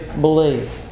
Believe